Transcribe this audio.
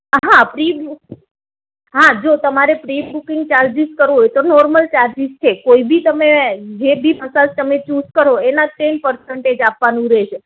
હા હા જો તમારે પ્રી બૂકિંગ ચાર્જિસ કરવું હોય તો નોર્મલ ચાર્જિસ છે કોઈ બી તમે જે બી મસાજ તમે ચૂસ કરો એના ટેન પર્સેંટેજ આપવાનું રેહશે